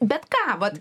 bet ką vat